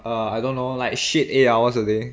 err I don't know like shit eight hours a day